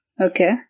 Okay